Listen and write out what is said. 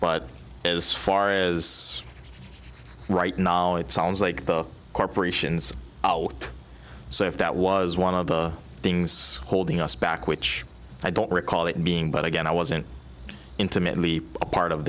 but as as far right now it sounds like corporations so if that was one of the things holding us back which i don't recall it being but again i wasn't intimately part of